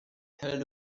held